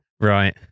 right